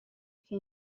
che